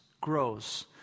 grows